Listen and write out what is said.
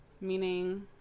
Meaning